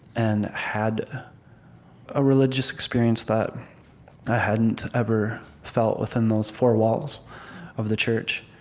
and had a religious experience that i hadn't ever felt within those four walls of the church.